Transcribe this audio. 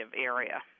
area